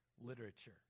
literature